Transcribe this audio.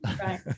Right